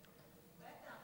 בטח,